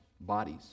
bodies